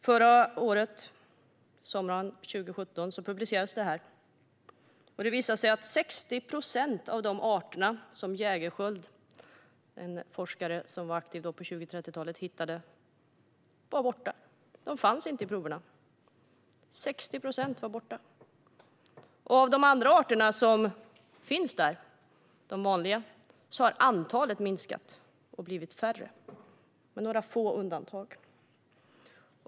Sommaren 2017 publicerades detta, och det visade sig att 60 procent av de arter som forskaren Jägerskiöld hittade på 20 och 30-talet var borta; de fanns inte i proverna. Hos de arter som fanns kvar har antalet minskat, med några få undantag.